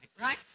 right